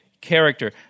character